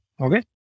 Okay